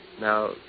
Now